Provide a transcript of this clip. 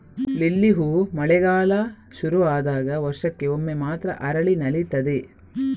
lily ಹೂ ಮಳೆಗಾಲ ಶುರು ಆದಾಗ ವರ್ಷಕ್ಕೆ ಒಮ್ಮೆ ಮಾತ್ರ ಅರಳಿ ನಲೀತದೆ